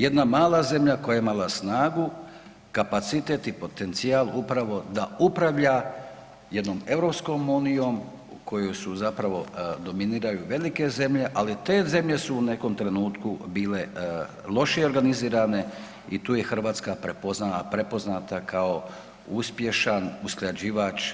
Jedna mala zemlja koja je imala snagu, kapacitet i potencijal upravo da upravlja jednom EU koju su zapravo, dominiraju velike zemlje ali te zemlje u nekom trenutku bile lošije organizirane i tu je Hrvatska prepoznala, prepoznata kao uspješan usklađivač